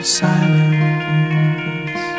silence